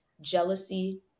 jealousy